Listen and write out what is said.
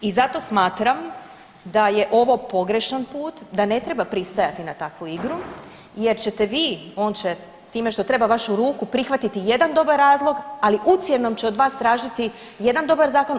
I zato smatram da je ovo pogrešan put, da ne treba pristajati na takvu igru, jer ćete vi, on će time što treba vašu ruku prihvatiti jedan dobar razlog ali ucjenom će od vas tražiti jedan dobar zakon.